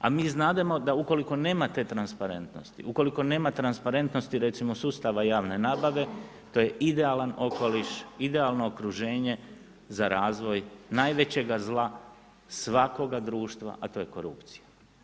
A mi znademo ukoliko nema te transparentnosti, ukoliko nema transparentnosti recimo sustava javne nabave, to je idealan okoliš, idealno okruženje za razvoj najvećega zla svakoga društva a to je korupcija.